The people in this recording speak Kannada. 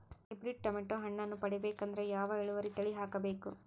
ಹೈಬ್ರಿಡ್ ಟೊಮೇಟೊ ಹಣ್ಣನ್ನ ಪಡಿಬೇಕಂದರ ಯಾವ ಇಳುವರಿ ತಳಿ ಹಾಕಬೇಕು?